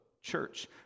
church